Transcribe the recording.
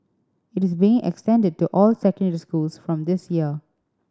it is being extended to all secondary schools from this year